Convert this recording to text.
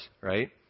right